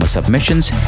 submissions